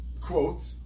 quote